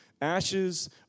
ashes